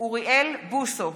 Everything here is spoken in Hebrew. אוריאל בוסו,